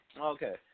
Okay